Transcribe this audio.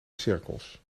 cirkels